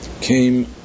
came